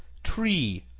tree,